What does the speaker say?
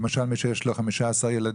למשל מי שיש לו 15 ילדים?